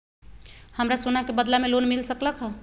हमरा सोना के बदला में लोन मिल सकलक ह?